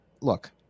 look